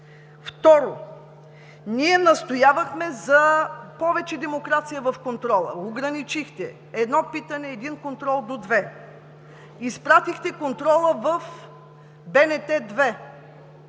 Второ, ние настоявахме за повече демокрация в контрола. Ограничихте я – едно питане, един контрол, до две. Изпратихте контрола в БНТ 2.